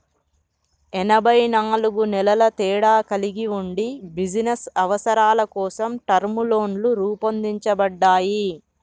ఎనబై నాలుగు నెలల తేడా కలిగి ఉండి బిజినస్ అవసరాల కోసం టర్మ్ లోన్లు రూపొందించబడ్డాయి